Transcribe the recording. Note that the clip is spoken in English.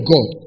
God